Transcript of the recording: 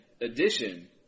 addition